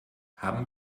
haben